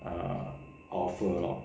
err offer lor